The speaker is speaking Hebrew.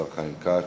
השר חיים כץ.